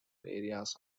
areas